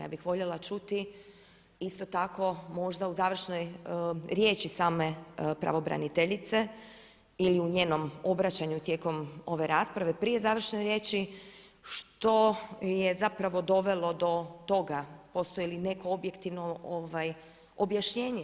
Ja bih voljela čuti, isto tako, možda u završnoj riječi same pravobraniteljice ili u njenom obraćanju tijekom ove rasprave prije završne riječi što je zapravo dovelo do toga postoji li neko objektivno objašnjenje.